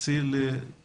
תרצי לומר משהו?